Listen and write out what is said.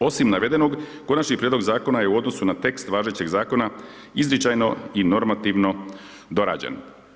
Osim navedenog konačni prijedlog zakona je u odnosu na tekst važećeg zakona izričajno i normativno dorađen.